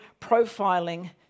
profiling